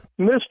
Mr